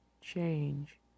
change